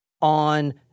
on